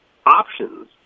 options